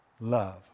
love